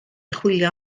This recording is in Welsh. chwilio